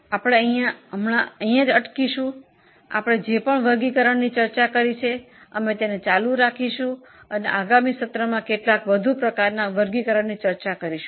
તેથી આપણે જે પણ વર્ગીકરણની ચર્ચા કરી છે તેને ચાલુ રાખીશું અને આગામી સત્રમાં કેટલાક વધુ પ્રકારના વર્ગીકરણની ચર્ચા કરીશું